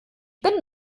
bin